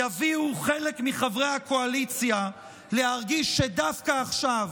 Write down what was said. יביאו חלק מחברי הקואליציה להרגיש שדווקא עכשיו,